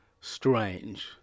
strange